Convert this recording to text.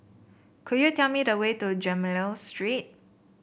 could you tell me the way to Gemmill Lane Street